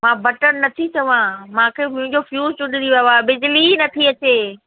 मां बटण नथी चवां मूंखे मुंहिंजो फ्यूज़ उॾड़ी वियो आहे बिजली ई नथी अचे